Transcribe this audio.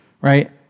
right